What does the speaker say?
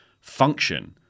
function